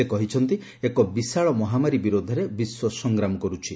ସେ କହିଛନ୍ତି ଏକ ବିଶାଳ ମହାମାରୀ ବିରୋଧରେ ବିଶ୍ୱ ସଂଗ୍ରାମ କରୁଛି